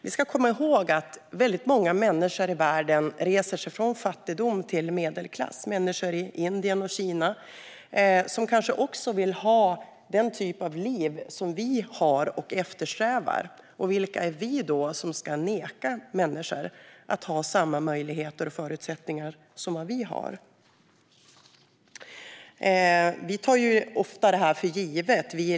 Låt oss komma ihåg att många människor i bland annat Indien och Kina reser sig ur fattigdom och blir medelklass, och de kanske eftersträvar den typ av liv som vi har. Vilka är vi att neka människor att ha samma möjligheter och förutsättningar som vi har? Vi tar ofta detta för givet.